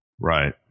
Right